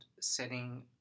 setting